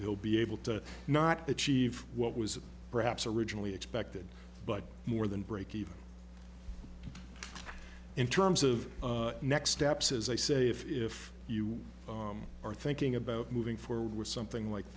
he'll be able to not achieve what was perhaps originally expected but more than break even in terms of next steps as i say if you are thinking about moving forward with something like